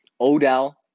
Odell